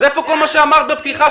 אז איפה כל מה שאמרת בפתיחה,